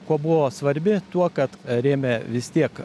kuo buvo svarbi tuo kad rėmė vis tiek